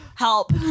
Help